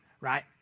Right